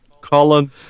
Colin